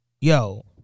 yo